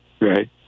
Right